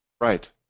Right